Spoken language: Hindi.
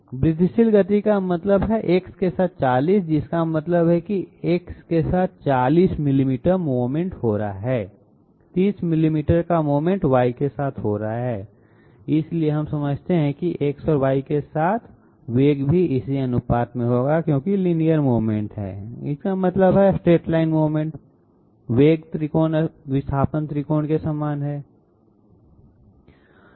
वृद्धिशील गति का मतलब है X के साथ 40 जिसका मतलब है कि X के साथ 40 मिलीमीटर मूवमेंट हो रहा है 30 मिलीमीटर का मूवमेंट Y के साथ हो रहा है इसलिए हम समझते हैं कि X और Y के साथ वेग भी इस अनुपात में होगा क्योंकि लीनियर मूवमेंट में इसका मतलब है स्ट्रेट लाइन मूवमेंट वेग त्रिकोण विस्थापन त्रिकोण के समान है